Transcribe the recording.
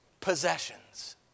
possessions